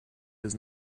does